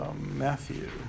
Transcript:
Matthew